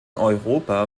europa